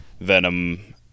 venom